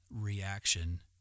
reaction